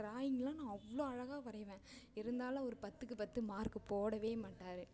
ட்ராயிங்கெலாம் நான் அவ்வளோ அழகாக வரைவேன் இருந்தாலும் அவர் பத்துக்கு பத்து மார்க் போடவே மாட்டார்